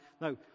no